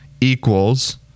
equals